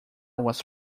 was